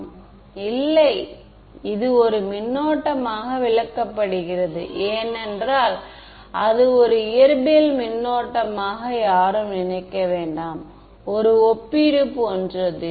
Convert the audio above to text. மாணவர் இல்லை இது ஒரு மின்னோட்டமாக விளக்கப்படுகிறது ஏனென்றால் அதை ஒரு இயற்பியல் மின்னோட்டமாக யாரும் நினைக்க வேண்டாம் ஒரு ஒப்பீடு போன்றது